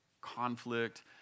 conflict